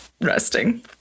resting